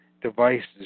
devices